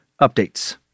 updates